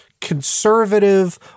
conservative